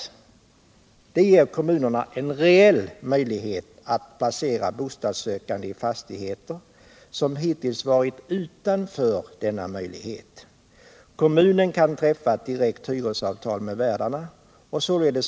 En sådan ger kommunerna en reeH möjlighet att anvisa bostäder till sådana bostadssökande som hittills stått utanför möjligheten att få en bostad. Ftt hyresavtal kan träffas med värdarna direkt av kommunen.